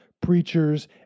preachers